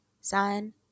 Sign